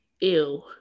Ew